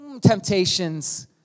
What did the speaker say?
temptations